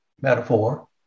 metaphor